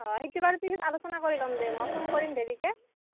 অ' সেইটো বাৰু ঠিক আছে আলোচনা কৰি ল'ম দে মই ফোন কৰিম দেৰিকৈ